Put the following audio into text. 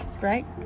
right